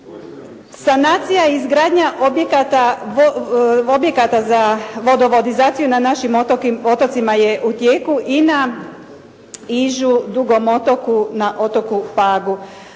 Sanacija i izgradnja objekata za vodovodizaciju na našim otocima je u tijeku i na Ižu, Dugom otoku, na otoku Pagu.